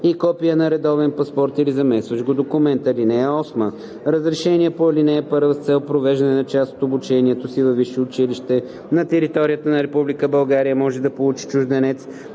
и копие на редовен паспорт или заместващ го документ. (8) Разрешение по ал. 1 с цел провеждане на част от обучението си във висше училище на територията на Република България може да получи чужденец,